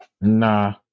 Nah